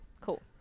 Cool